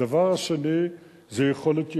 הדבר השני זה יכולת ייצור.